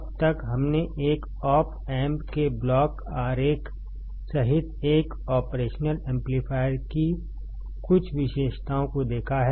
अब तक हमनेएक ऑप एम्प के ब्लॉक आरेख सहित एक ऑपरेशनल एम्पलीफायर की कुछ विशेषताओं को देखा है